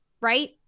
right